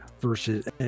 versus